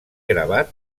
gravat